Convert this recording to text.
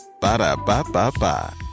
Ba-da-ba-ba-ba